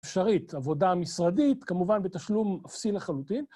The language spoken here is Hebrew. אפשרית עבודה משרדית, כמובן בתשלום אפסי לחלוטין.